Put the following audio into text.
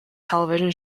television